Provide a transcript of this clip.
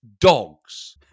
Dogs